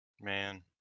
Man